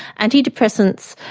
antidepressants,